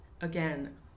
Again